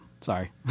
sorry